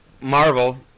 Marvel